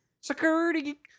security